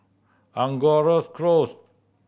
Angoras Close